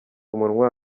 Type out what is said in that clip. umunwa